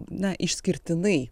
na išskirtinai